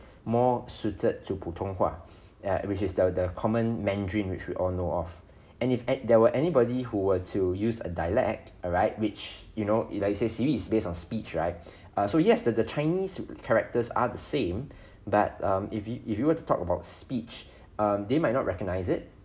more suited to 普通话 err which is the the common mandarin which we all know of and if at there were anybody who were to use a dialect alright which you know it I says siri's based on speech right uh so yes the the chinese characters are the same but um if you if you were to talk about speech um they might not recognise it